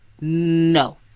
No